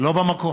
לא במקום.